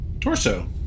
torso